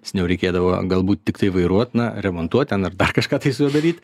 seniau reikėdavo galbūt tiktai vairuot na remontuot ten ar dar kažką tai su juo daryt